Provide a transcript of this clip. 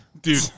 Dude